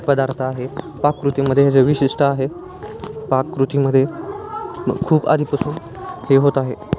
पदार्थ आहे पाककृतीमध्ये हे जे विशिष्ठ आहे पाककृतीमध्ये खूप आधीपसून हे होत आहे